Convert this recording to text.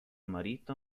marito